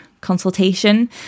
consultation